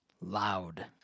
loud